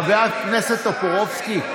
חבר הכנסת טופורובסקי,